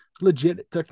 legit